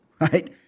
right